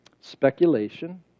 speculation